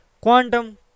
Quantum